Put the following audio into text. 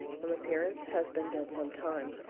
from appearance has been dead some time.